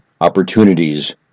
opportunities